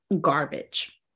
garbage